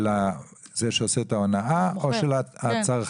של זה שעושה את ההונאה או של הצרכן?